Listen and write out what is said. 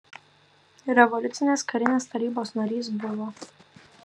revoliucinės karinės tarybos narys buvo